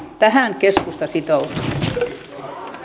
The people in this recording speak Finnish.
tähän keskusta sitoutuu